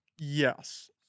yes